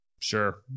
Sure